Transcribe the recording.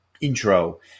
intro